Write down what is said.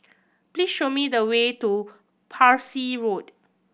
please show me the way to Parsi Road